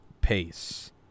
pace